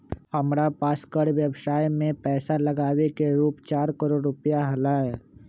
हमरा पास कर व्ययवसाय में पैसा लागावे के रूप चार करोड़ रुपिया हलय